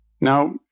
Now